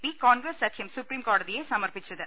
P Congress സഖ്യം സുപ്രീംകോടതിയെ സമീ പിച്ചത്